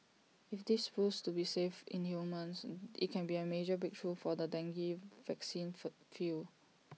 if this proves to be safe in humans IT can be A major breakthrough for the dengue vaccine field